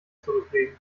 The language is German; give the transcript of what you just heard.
zurücklegen